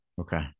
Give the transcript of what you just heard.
Okay